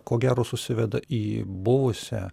ko gero susiveda į buvusią